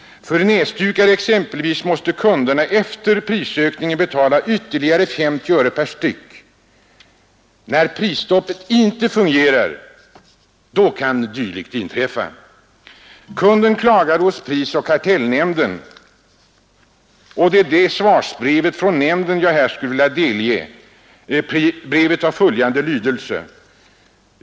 För näsdukar exempelvis måste kunderna efter prisökningen betala ytterligare 50 öre per styck. När prisstoppet inte fungerar kan dylikt inträffa. Kunden klagade hos prisoch kartellnämnden, och det är svarsbrevet från nämnden jag här skulle vilja delge.